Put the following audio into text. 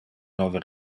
nove